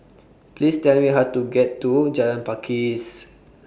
Please Tell Me How to get to Jalan Pakis